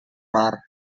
mar